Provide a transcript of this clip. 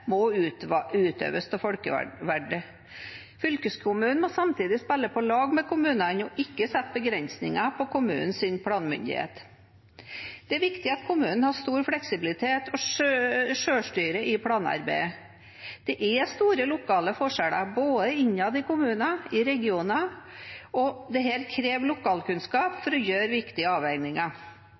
utøves av folkevalgte. Fylkeskommunen må samtidig spille på lag med kommunene og ikke sette begrensninger på kommunenes planmyndighet. Det er viktig at kommunene har stor fleksibilitet og selvstyre i planarbeidet. Det er store lokale forskjeller både innad i kommuner og i regioner, og det krever lokalkunnskap for å gjøre viktige avveininger.